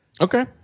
Okay